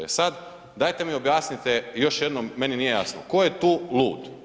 E sad, dajte mi objasnite još jednom, meni nije jasno, tko je tu lud?